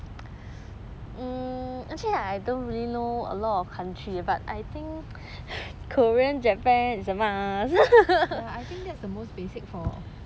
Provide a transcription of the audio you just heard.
ya I think that's the most basic for